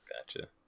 Gotcha